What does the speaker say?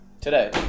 Today